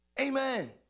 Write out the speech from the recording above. amen